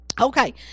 Okay